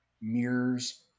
mirrors